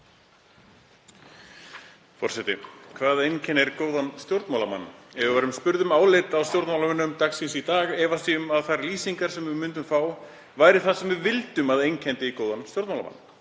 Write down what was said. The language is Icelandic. Forseti. Hvað einkennir góðan stjórnmálamann? Ef við værum spurð um álit á stjórnmálamönnum dagsins í dag efast ég um að þær lýsingar sem við myndum fá væri það sem við vildum að einkenndi góðan stjórnmálamann.